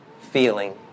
feeling